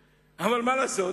אבל מה לעשות?